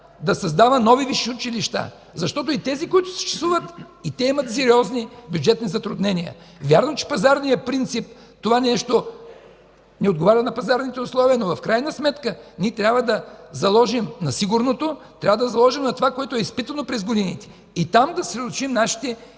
да създава нови висши училища. Защото и тези, които съществуват, и те имат сериозни бюджетни затруднения. Вярно, че това нещо не отговаря на пазарните условия, но в крайна сметка ние трябва да заложим на сигурното, трябва да заложим на това, което е изпитано през годините и там да съсредоточим нашите